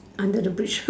under the bridge